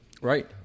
Right